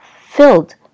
filled